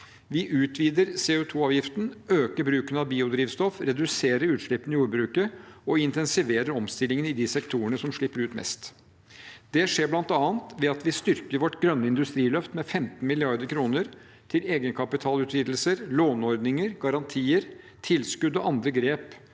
Vi utvider CO2-avgiften, øker bruken av biodrivstoff, reduserer utslippene i jordbruket og intensiverer omstillingen i de sektorene som slipper ut mest. Det skjer bl.a. ved at vi styrker vårt grønne industriløft med 15 mrd. kr til egenkapitalutvidelser, låneordninger, garantier, tilskudd og andre grep,